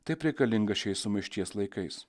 taip reikalingą šiais sumaišties laikais